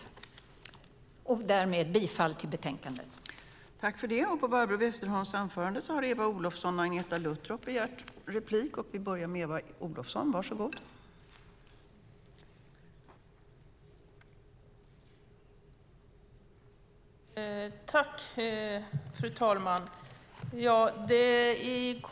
Därmed yrkar jag bifall till förslaget i betänkandet.